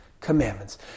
commandments